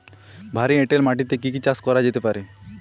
ভারী এঁটেল মাটিতে কি কি চাষ করা যেতে পারে?